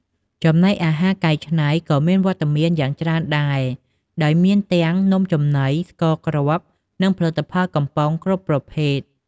ចំណីអាហារកែច្នៃក៏មានវត្តមានយ៉ាងច្រើនដែរ ដោយមានទាំង នំចំណី ស្ករគ្រាប់ និងផលិតផលកំប៉ុង គ្រប់ប្រភេទ។